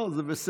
לא, זה בסדר.